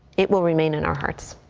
it will remain in our hearts.